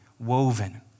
Woven